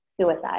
suicide